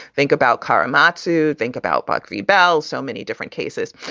think about korematsu. think about buck v. bell. so many different cases.